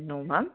no ma'am